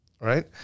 Right